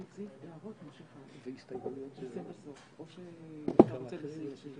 שיקדם את בריאות הציבור, גם אם הוא פוגע בפרטיות,